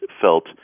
felt